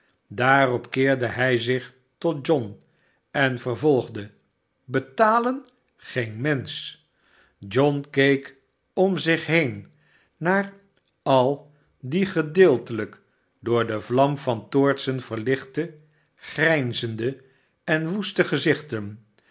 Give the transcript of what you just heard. daarop keerde hij zich tot tbhm en vervolgde a betalen geen mensch john keek om zich heen naar al die gedeeltelijk door de vlam van toortsen verhchte grijnzende en woeste gezichten